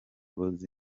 burozi